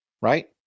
Right